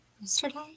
Yesterday